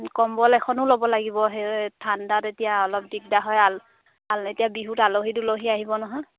কম্বল এখনো ল'ব লাগিব সেই ঠাণ্ডাত এতিয়া অলপ দিগদাৰ হয় এতিয়া বিহুত আলহী দুলহী আহিব নহয়